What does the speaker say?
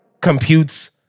computes